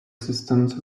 systems